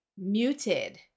Muted